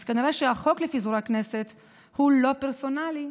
אז כנראה שהחוק לפיזור הכנסת הוא לא פרסונלי,